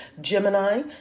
Gemini